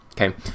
okay